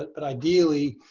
but but ideally